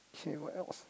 she what else